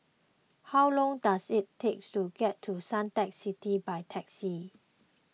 how long does it take to get to Suntec City by taxi